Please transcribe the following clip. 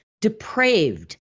depraved